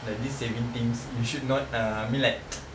like this saving things you should not err I mean like